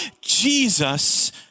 Jesus